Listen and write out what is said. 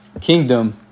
kingdom